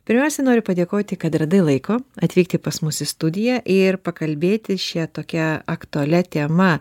pirmiausiai noriu padėkoti kad radai laiko atvykti pas mus į studiją ir pakalbėti šia tokia aktualia tema